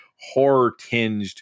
horror-tinged